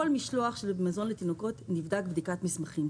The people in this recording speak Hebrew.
כל משלוח של מזון לתינוקות נבדק בדיקת מסמכים.